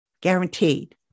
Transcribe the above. guaranteed